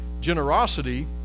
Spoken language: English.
generosity